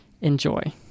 Enjoy